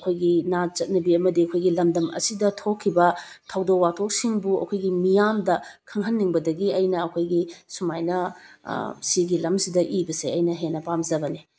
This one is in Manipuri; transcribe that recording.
ꯑꯩꯈꯣꯏꯒꯤ ꯅꯥꯠ ꯆꯠꯅꯕꯤ ꯑꯃꯗꯤ ꯑꯩꯈꯣꯏꯒꯤ ꯂꯝꯗꯝ ꯑꯁꯤꯗ ꯊꯣꯛꯈꯤꯕ ꯊꯧꯗꯣꯛ ꯋꯥꯊꯣꯛꯁꯤꯡꯕꯨ ꯑꯩꯈꯣꯏꯒꯤ ꯃꯤꯌꯥꯝꯗ ꯈꯪꯍꯟꯅꯤꯡꯕꯗꯒꯤ ꯑꯩꯅ ꯑꯩꯈꯣꯏꯒꯤ ꯁꯨꯃꯥꯏꯅ ꯁꯤꯒꯤ ꯂꯝꯁꯤꯗ ꯏꯕꯁꯦ ꯑꯩꯅ ꯍꯦꯟꯅ ꯄꯥꯝꯖꯕꯅꯦ